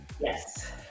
Yes